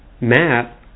Matt